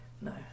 No